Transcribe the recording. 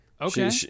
Okay